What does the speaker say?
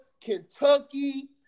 Kentucky